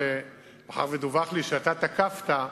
שמאחר שדווח לי שאתה תקפת,